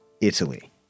Italy